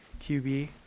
qb